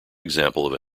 example